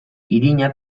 irina